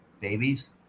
babies